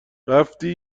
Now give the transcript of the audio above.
رفتی